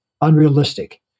unrealistic